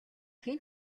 хэн